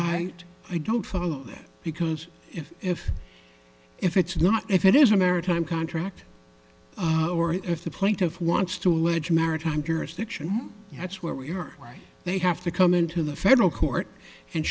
i don't follow that because if if if it's not if it is a maritime contract or if the plaintiff wants to allege maritime jurisdiction that's where we are right they have to come into the federal court and